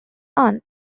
aunt